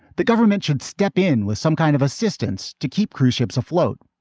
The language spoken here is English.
the government should step in with some kind of assistance to keep cruise ships afloat.